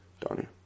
Donnie